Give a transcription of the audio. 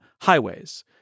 highways